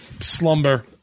slumber